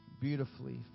beautifully